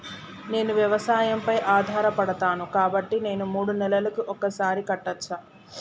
నేను వ్యవసాయం పై ఆధారపడతాను కాబట్టి నేను మూడు నెలలకు ఒక్కసారి కట్టచ్చా?